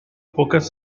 pocas